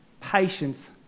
patience